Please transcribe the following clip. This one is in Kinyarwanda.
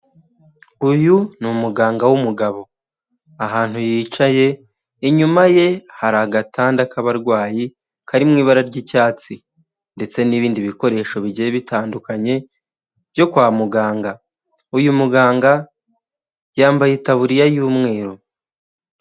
Uyu ni umuganga w'umugabo, ahantu yicaye inyuma ye hari agatanda k'abarwayi kari mu ibara ry'icyatsi, ndetse n'ibindi bikoresho bigiye bitandukanye byo kwa muganga, uyu muganga yambaye itabuririya y'umweru.